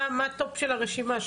מה הטופ של הרשימה?